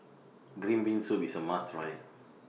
Green Bean Soup IS A must Try